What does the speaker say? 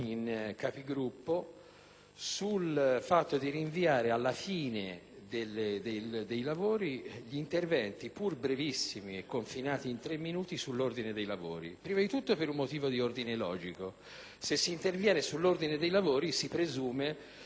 Capigruppo, di rinviare alla fine dei lavori dell'Aula gli interventi - pur brevissimi, e confinati in tre minuti - sull'ordine dei lavori. Devo dissentire, innanzitutto, per un motivo di ordine logico. Se si interviene sull'ordine dei lavori, si presume che si debba intervenire all'inizio: